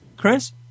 Chris